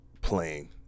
playing